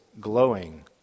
glowing